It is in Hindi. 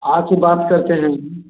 आकर बात करते हैं हम